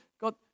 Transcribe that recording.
God